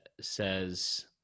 says